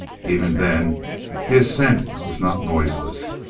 even then the ascent was not noiseless.